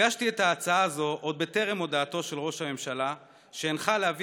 הגשתי את ההצעה הזאת עוד בטרם הודעתו של ראש הממשלה שהנחה להביא